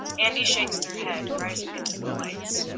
andy shakes their head, rising to dim the lights.